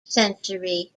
century